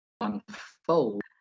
unfold